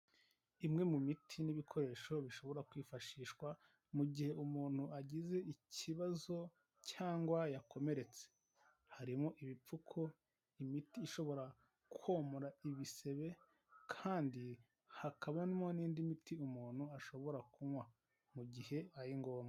Imwe mu miti n'ibikoresho bishobora kwifashishwa mu gihe umuntu agize ikibazo cyangwa yakomeretse, harimo ibipfuko, imiti ishobora komora ibisebe kandi hakabamo n'indi miti umuntu ashobora kunywa mu gihe ari ngombwa.